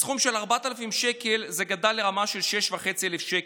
מסכום של 4,000 שקל זה גדל לרמה של 6,500 שקל,